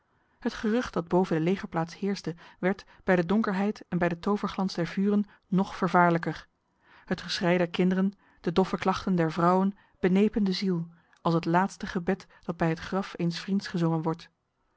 het gerucht dat boven de legerplaats heerste werd bij de donkerheid en bij de toverglans der vuren nog vervaarlijker het geschrei der kinderen de doffe klachten der vrouwen benepen de ziel als het laatste gebed dat bij het graf eens vriends gezongen wordt